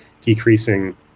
decreasing